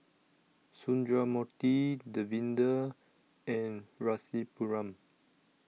Sundramoorthy Davinder and Rasipuram